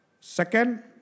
Second